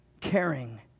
caring